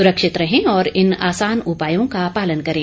सुरक्षित रहें और इन आसान उपायों का पालन करें